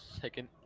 second